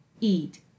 eat